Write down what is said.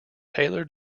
taylor